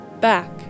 back